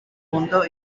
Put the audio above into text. punto